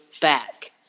back